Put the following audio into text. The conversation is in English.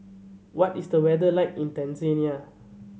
what is the weather like in Tanzania